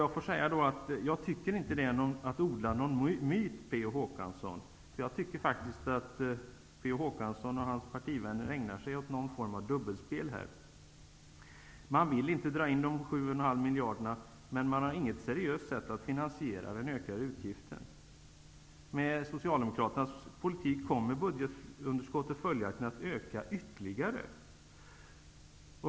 Jag anser inte att det innebär att man odlar någon myt, Per Olof Håkansson. Jag tycker faktiskt att Per Olof Håkansson och hans partivänner ägnar sig åt någon form av dubbelspel i detta sammanhang. De vill inte dra in de 7,5 miljarderna, men de har inget seriöst sätt att finansiera de ökade utgifterna. Med Socialdemokraternas politik kommer budgetunderskottet följaktligen att öka ytterligare.